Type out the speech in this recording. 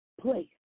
place